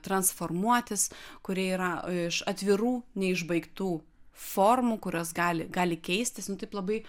transformuotis kurie yra iš atvirų neišbaigtų formų kurios gali gali keistis nu taip labai